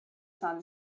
sun